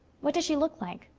what does she look like?